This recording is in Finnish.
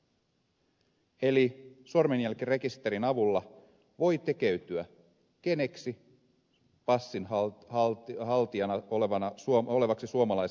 eli sormenjälkirekisterin avulla voi tekeytyä keneksi passinhaltijana olevaksi suomalaiseksi tahansa